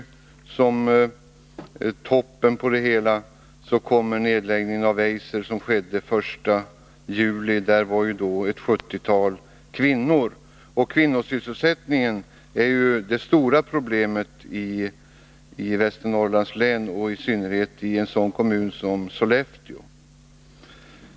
Såsom toppen på det hela kom nu nedläggningen av Eiser den 1 juli, där ett sjuttiotal kvinnor drabbas. Kvinnosysselsättningen är ju det stora problemet i Västernorrlands län och i synnerhet i en sådan kommun som Sollefteå.